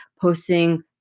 posting